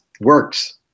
works